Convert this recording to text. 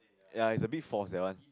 ya it's a bit forced that one